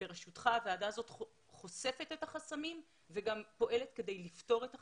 בראשותך הועדה הזאת חושפת את החסמים וגם פועלת כדי לפתור את החוסמים.